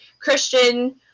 Christian